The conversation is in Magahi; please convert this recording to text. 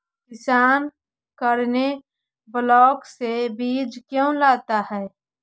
किसान करने ब्लाक से बीज क्यों लाता है?